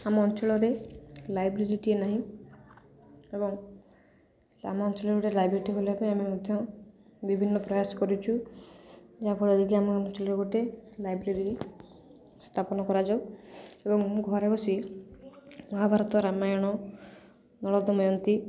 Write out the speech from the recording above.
ଆମ ଅଞ୍ଚଳରେ ଲାଇବ୍ରେରୀ ଟିଏ ନାହିଁ ଏବଂ ଆମ ଅଞ୍ଚଳରେ ଗୋଟେ ଲାଇବ୍ରେରୀଟି ଖୋଲିବା ପାଇଁ ଆମେ ମଧ୍ୟ ବିଭିନ୍ନ ପ୍ରୟାସ କରିଛୁ ଯାହାଫଳରେ କିି ଆମ ଅଞ୍ଚଳରେ ଗୋଟେ ଲାଇବ୍ରେରୀ ସ୍ଥାପନ କରାଯାଉ ଏବଂ ମୁଁ ଘରେ ବସି ମହାଭାରତ ରାମାୟଣ ନଳଦମୟନ୍ତୀ